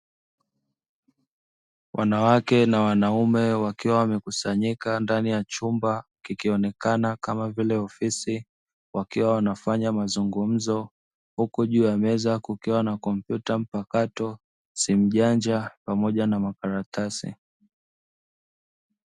Wanawake na wanaume wakiwa wamekusanyika ndani ya chumba kikionekana kama vile ofisi, wakiwa wanafanya mazungumzo, huku juu ya meza kukiwa na kompyuta mpakato, simu janja pamoja na makaratasi.